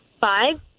five